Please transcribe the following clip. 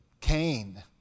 Cain